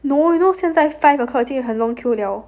no you know 现在 five o'clock 很 long queue 了